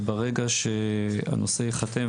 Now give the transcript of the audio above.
וברגע שהנושא ייחתם,